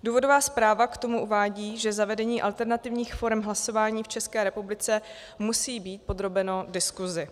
Důvodová zpráva k tomu uvádí, že zavedení alternativních forem hlasování v České republice musí být podrobeno diskusi.